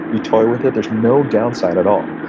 you toy with it, there is no downside at all.